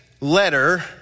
letter